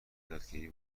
یادگیری